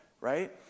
right